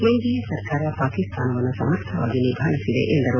NDA ಸರ್ಕಾರ ಪಾಕಿಸ್ತಾನವನ್ನು ಸಮರ್ಥವಾಗಿ ನಿಭಾಯಿಸಿದೆ ಎಂದರು